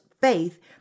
faith